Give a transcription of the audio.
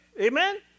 Amen